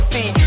See